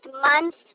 months